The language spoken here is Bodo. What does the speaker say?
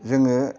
जोङो